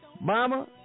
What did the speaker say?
mama